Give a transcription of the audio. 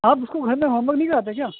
آپ اس کو گھر میں ہوم ورک نہیں کراتے کیا